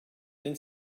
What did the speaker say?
then